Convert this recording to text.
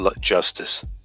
justice